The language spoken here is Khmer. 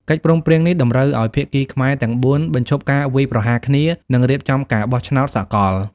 កិច្ចព្រមព្រៀងនេះតម្រូវឱ្យភាគីខ្មែរទាំងបួនបញ្ឈប់ការវាយប្រហារគ្នា និងរៀបចំការបោះឆ្នោតសកល។